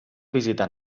visitar